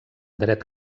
dret